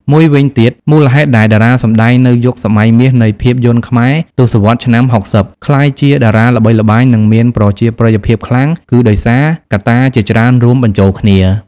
មួយវិញទៀត មូលហេតុដែលតារាសម្តែងនៅយុគសម័យមាសនៃភាពយន្តខ្មែរ ទសវត្សរ៍ឆ្នាំ៦០ ក្លាយជាតារាល្បីល្បាញនិងមានប្រជាប្រិយភាពខ្លាំង គឺដោយសារកត្តាជាច្រើនរួមបញ្ចូលគ្នា។